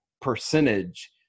percentage